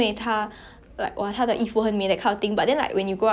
behind the characters or like in a plot then